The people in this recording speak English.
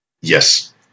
Yes